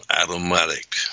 automatic